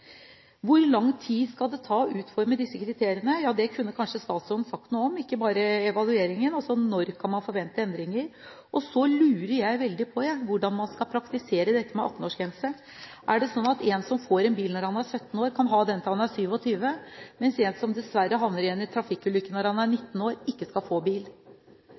Hvor lang tid vil det ta å utforme disse kriteriene? Det kunne kanskje statsråden sagt noe om, ikke bare om evalueringen. Når kan man forvente endringer? Så lurer jeg veldig på hvordan man skal praktisere dette med 18-årsgrense. Er det slik at en som får en bil når han er 17 år, kan ha den til han er 27, mens en som dessverre havner i en trafikkulykke når han er 19 år, ikke skal få bil.